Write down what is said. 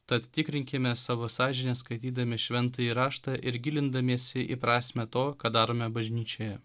tad tikrinkime savo sąžinę skaitydami šventąjį raštą ir gilindamiesi į prasmę to ką darome bažnyčioje